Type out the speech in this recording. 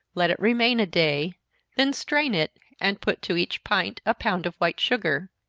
let it remain a day then strain it, and put to each pint a pound of white sugar.